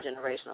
generational